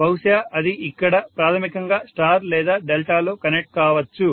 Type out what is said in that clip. బహుశా అది ఇక్కడ ప్రాథమికంగా స్టార్ లేదా డెల్టాలో కనెక్ట్ కావచ్చు